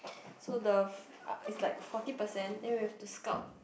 so the is like forty percent then we have to sculp